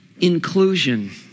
inclusion